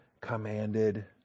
commanded